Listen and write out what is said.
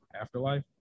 Afterlife